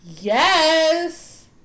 Yes